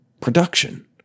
production